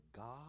God